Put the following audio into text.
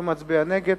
חוץ וביטחון.